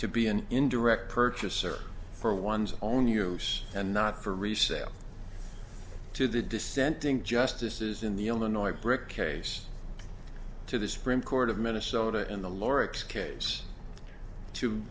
to be an indirect purchaser for one's own your house and not for resale to the dissenting justices in the illinois brick case to the supreme court of minnesota in the lawrence case to